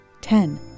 Ten